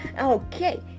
Okay